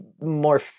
more